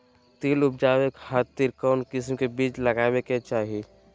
तिल उबजाबे खातिर कौन किस्म के बीज लगावे के चाही?